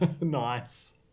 Nice